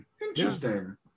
interesting